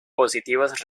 positivas